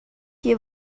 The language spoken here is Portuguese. que